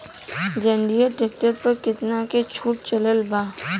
जंडियर tractor पर कितना के छूट चलत बा?